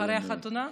אחרי חתונה?